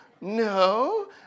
No